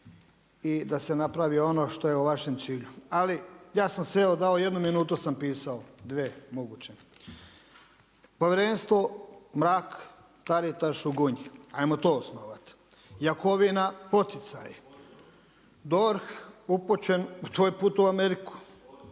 i da se napravi ono što je u vašem cilju. Ali ja sam si evo dao jednu minutu sam pisao, dve moguće, povjerenstvo Mrak-TAritaš u Gunji, ajmo to osnovati, Jakovina poticaji, DORH upućen … u Ameriku,